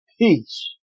Peace